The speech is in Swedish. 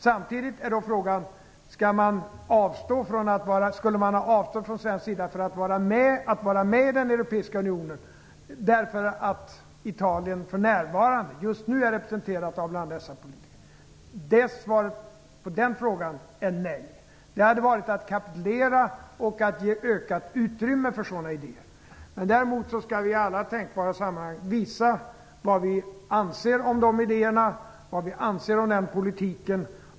Samtidigt är då frågan: Skulle man från svensk sida ha avstått från att vara med i den europeiska unionen, därför att Italien just nu är representerat av bl.a. dessa politiker? Svaret på den frågan är nej. Det hade varit att kapitulera och att ge ökat utrymme för sådana idéer. Men däremot skall vi i alla tänkbara sammanhang visa vad vi anser om dessa idéer och om den politiken.